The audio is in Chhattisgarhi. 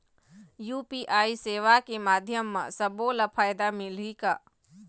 यू.पी.आई सेवा के माध्यम म सब्बो ला फायदा मिलही का?